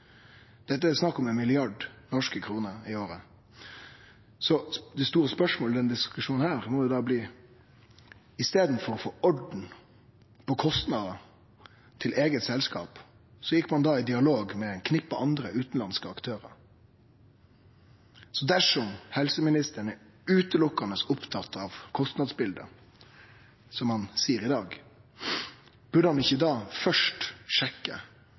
Dette er snakk om 1 mrd. kr i året. Det store spørsmålet i denne diskusjonen må da bli: I staden for å få orden på kostnader til eige selskap gjekk ein i dialog med eit knippe andre utanlandske aktørar, så dersom helseministeren berre er opptatt av kostnadsbildet – som han seier i dag – burde han ikkje da først sjekke